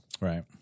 Right